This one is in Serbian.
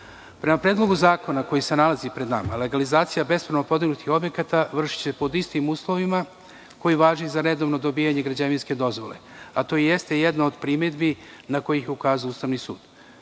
predlogu zakona koji se nalazi pred nama, legalizacija bespravno podignutih objekata vršiće se pod istim uslovima koji važe i za redovno dobijanje građevinske dozvole, a to jeste jedna od primedbi na koje je ukazao Ustavni sud.